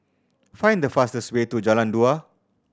find the fastest way to Jalan Dua